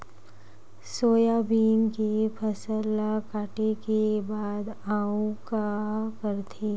Soybean के फसल ल काटे के बाद आऊ का करथे?